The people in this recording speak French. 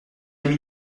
ami